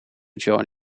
join